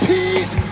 Peace